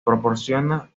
proporciona